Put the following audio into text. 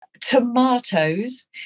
tomatoes